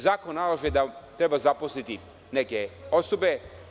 Zakon nalaže da treba zaposliti neke osobe.